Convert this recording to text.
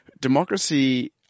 Democracy